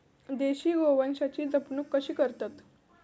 देशी गोवंशाची जपणूक कशी करतत?